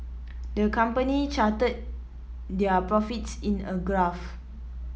the company charted their profits in a graph